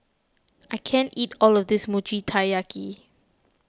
I can't eat all of this Mochi Taiyaki